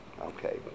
Okay